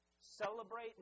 celebrate